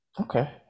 Okay